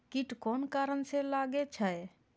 कीट कोन कारण से लागे छै?